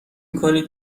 کنید